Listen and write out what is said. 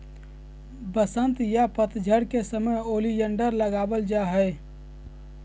वसंत या पतझड़ के समय ओलियंडर लगावल जा हय